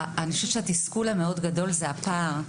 אני חושבת שהתסכול המאוד גדול זה הפער,